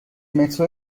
مترو